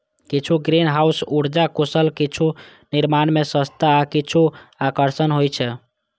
किछु ग्रीनहाउस उर्जा कुशल, किछु निर्माण मे सस्ता आ किछु आकर्षक होइ छै